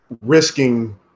risking